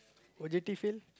what would you feel